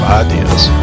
ideas